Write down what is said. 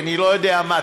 אני לא יודע מה,